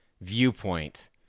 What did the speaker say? viewpoint